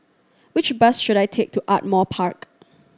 which bus should I take to Ardmore Park